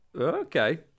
Okay